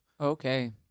Okay